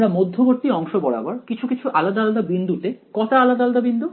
আমরা মধ্যবর্তী অংশ বরাবর কিন্তু কিছু আলাদা আলাদা বিন্দুতে কটা আলাদা আলাদা বিন্দু